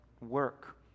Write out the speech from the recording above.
work